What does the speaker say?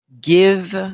Give